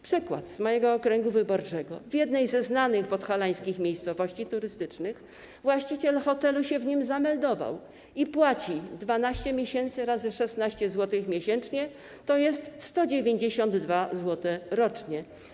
Przykład z mojego okręgu wyborczego: w jednej ze znanych podhalańskich miejscowości turystycznych właściciel hotelu się w nim zameldował i płaci 16 zł miesięcznie razy 12 miesięcy, tj. 192 zł rocznie.